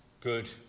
good